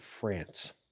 France